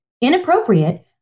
inappropriate